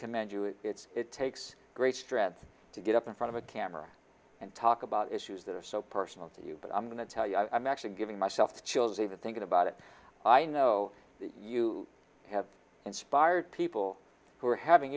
commend you it it's it takes great strength to get up in front of a camera and talk about issues that are so personal to you but i'm going to tell you i'm actually giving myself chills even thinking about it i know you have inspired people who are having